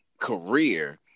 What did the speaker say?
career